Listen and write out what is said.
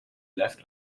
left